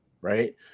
right